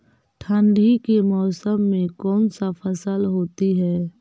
ठंडी के मौसम में कौन सा फसल होती है?